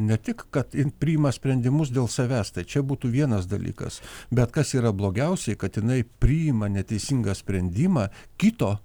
ne tik kad jin priima sprendimus dėl savęs tai čia būtų vienas dalykas bet kas yra blogiausiai kad jinai priima neteisingą sprendimą kito